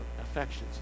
Affections